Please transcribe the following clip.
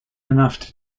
enough